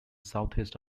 southeast